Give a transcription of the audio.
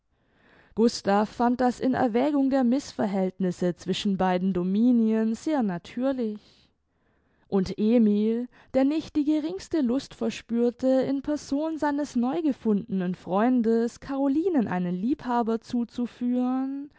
gustav fand das in erwägung der mißverhältnisse zwischen beiden dominien sehr natürlich und emil der nicht die geringste lust verspürte in person seines neugefundenen freundes carolinen einen liebhaber zuzuführen